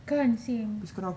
kan same